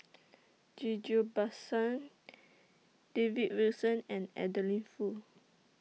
Ghillie BaSan David Wilson and Adeline Foo